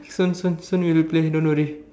soon soon soon we'll play don't worry